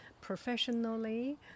professionally